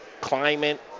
climate